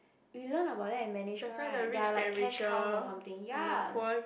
you learn about that in management right they are like cash cow or something ya